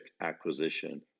acquisition